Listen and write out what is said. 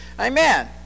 Amen